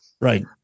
Right